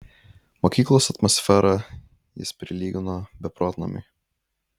mokyklos atmosferą jis prilygino beprotnamiui